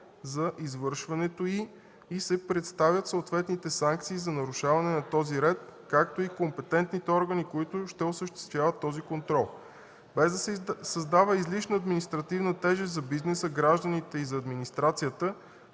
за извършването й и се представят съответните санкции за нарушаване на този ред, както и компетентните органи, които ще осъществяват този контрол. Без да се създава излишна административна тежест за бизнеса, гражданите и администрацията,